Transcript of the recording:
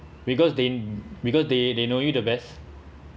because they because they they know you the best